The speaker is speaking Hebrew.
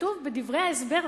כתוב בדברי ההסבר,